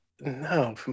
No